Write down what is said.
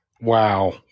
wow